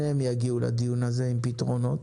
שניהם יגיעו לדיון הזה עם פתרונות.